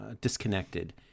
disconnected